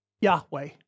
Yahweh